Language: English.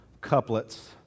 couplets